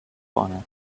honor